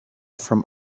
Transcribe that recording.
from